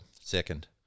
second